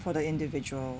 for the individual